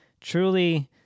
truly